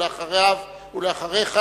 אחריך,